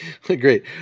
Great